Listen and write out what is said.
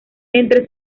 entre